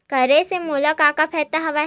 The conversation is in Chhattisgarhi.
करे से मोला का का फ़ायदा हवय?